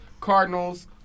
Cardinals